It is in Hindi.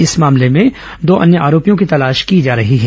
इस मामले दो अन्य आरोपियों की तलाश की जा रही है